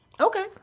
Okay